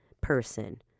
person